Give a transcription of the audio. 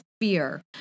fear